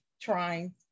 trying